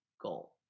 goal